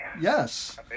Yes